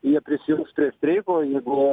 jie prisijungs prie streiko jeigu